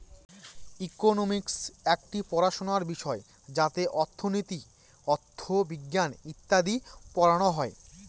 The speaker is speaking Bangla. ইকোনমিক্স একটি পড়াশোনার বিষয় যাতে অর্থনীতি, অথবিজ্ঞান ইত্যাদি পড়ানো হয়